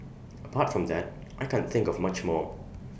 apart from that I can't think of much more